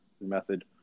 method